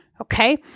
okay